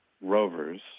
rovers